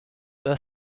their